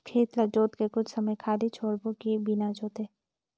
खेत ल जोत के कुछ समय खाली छोड़बो कि बिना जोते?